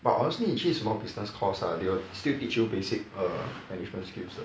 but honestly 你去什么 business course ah they will still teach you basic err management skills